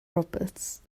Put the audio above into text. roberts